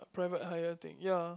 private hire thing ya